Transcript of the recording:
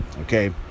Okay